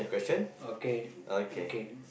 okay okay